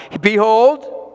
behold